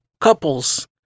couples